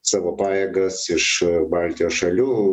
savo pajėgas iš baltijos šalių